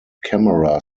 camera